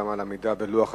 גם על העמידה בלוח הזמנים.